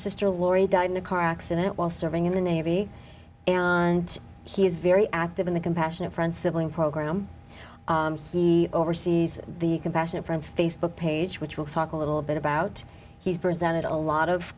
sister laurie died in a car accident while serving in the navy and he is very active in the compassionate friends sibling program he oversees the compassionate friends facebook page which we'll talk a little bit about he's presented a lot of